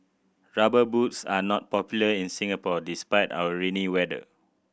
Rubber Boots are not popular in Singapore despite our rainy weather